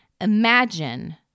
Imagine